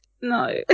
No